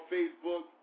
Facebook